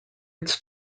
its